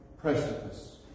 precipice